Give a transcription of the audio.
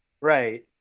Right